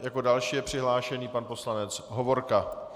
Jako další je přihlášený pan poslanec Hovorka.